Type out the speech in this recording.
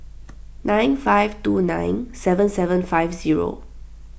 nine five two nine seven seven five zero